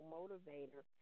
motivator